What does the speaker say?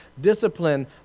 discipline